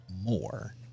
more